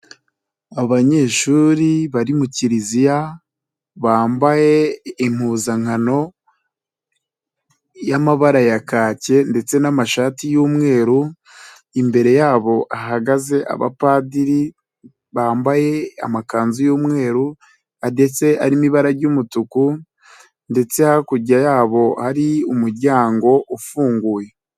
Abanyeshuri bari mu kiriziya, bambaye impuzankano y'amabara ya kake ndetse n'amashati y'umweru, imbere yabo hagaze abapadiri bambaye amakanzu y'umweru ndetse arimo ibara ry'umutuku ndetse hakurya yabo hari umuryango ufunguye.